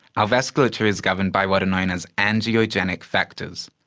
ah vasculature is governed by what are known as angiogenic factors,